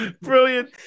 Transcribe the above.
brilliant